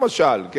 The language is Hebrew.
למשל.